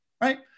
right